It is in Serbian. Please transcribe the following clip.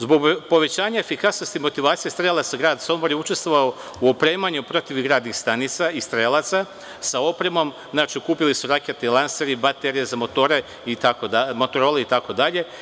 Zbog povećanja efikasnosti motivacije strelaca grad Sombor je učestvovao u opremanju protivgradnih stanica i strelaca sa opremom, znači, kupljeni su raketni lanseri, baterije za motorole itd.